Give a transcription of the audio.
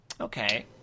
Okay